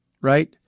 right